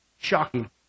shocking